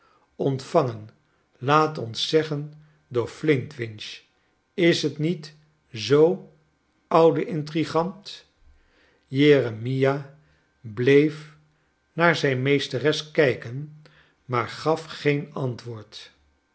ontvangen laat ons zeggen door flintwinch is t niet zoo oude intrigant jeremia bleef naar zijn meesteres kijken maar gaf geen antwoord